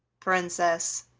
princess,